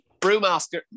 Brewmaster